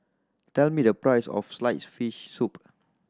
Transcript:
tell me the price of sliced fish soup